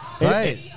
Right